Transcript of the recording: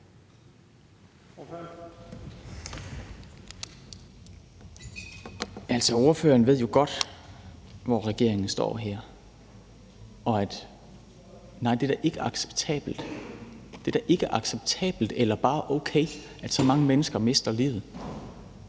ordføreren ved jo godt, hvor regeringen står her. Og nej, det er da ikke acceptabelt eller bare okay, at så mange mennesker mister livet.